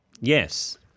Yes